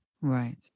Right